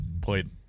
played